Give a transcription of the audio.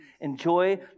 Enjoy